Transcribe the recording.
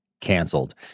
Canceled